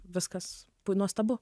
viskas nuostabu